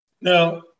Now